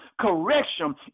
correction